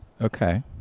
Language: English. Okay